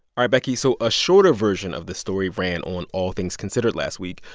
ah becky. so a shorter version of this story ran on all things considered last week.